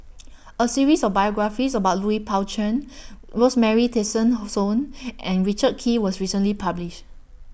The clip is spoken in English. A series of biographies about Lui Pao Chuen Rosemary Tessensohn and Richard Kee was recently published